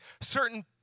certain